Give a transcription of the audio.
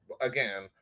again